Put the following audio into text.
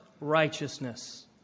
righteousness